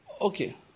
Okay